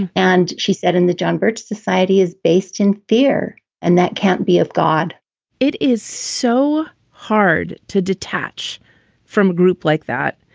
and she said in the john birch society is based in fear and that can't be of god it is so hard to detach from group like that.